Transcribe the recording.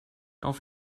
auf